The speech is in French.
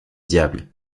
diable